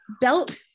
belt